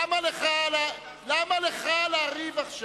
למה לך לריב עכשיו?